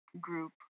group